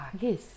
Yes